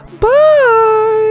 Bye